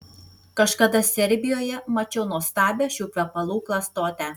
kažkada serbijoje mačiau nuostabią šių kvepalų klastotę